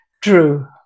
drew